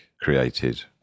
created